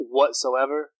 whatsoever